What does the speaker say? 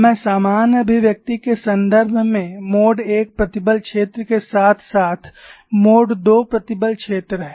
मैं सामान्य अभिव्यक्ति के संदर्भ में मोड I प्रतिबल क्षेत्र के साथ साथ मोड II प्रतिबल क्षेत्र है